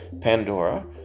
Pandora